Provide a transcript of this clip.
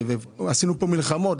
עשינו פה מלחמות.